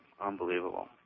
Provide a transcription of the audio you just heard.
unbelievable